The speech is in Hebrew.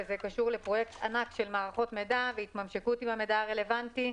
זה קשור לפרויקט ענק של מערכות מידע והתממשקות עם המידע הרלוונטי,